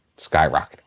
skyrocketing